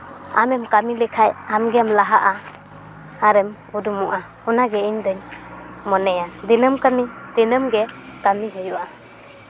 ᱟᱢᱮᱢ ᱠᱟᱹᱢᱤ ᱞᱮᱠᱷᱟᱱ ᱟᱢᱜᱮᱢ ᱞᱟᱦᱟᱜᱼᱟ ᱟᱨᱮᱢ ᱩᱨᱩᱢᱚᱜᱼᱟ ᱚᱱᱟᱜᱮ ᱤᱧᱫᱩᱧ ᱢᱚᱱᱮᱭᱟ ᱫᱤᱱᱟᱹᱢ ᱠᱟᱹᱢᱤ ᱫᱤᱱᱟᱹᱢ ᱜᱮ ᱠᱟᱹᱢᱤ ᱦᱩᱭᱩᱜᱼᱟ